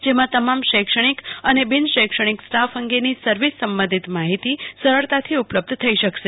જેમાં તમામ શૈક્ષણીક અને બિનશૈક્ષણીક સ્ટાફ અંગેની સર્વિસ સંબંધીત માહીતી સરળતાથી ઉપલબ્ધ થઈ શકશે